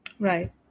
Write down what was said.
Right